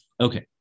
Okay